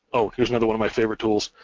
oh, here's another one of my favourite tools,